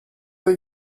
they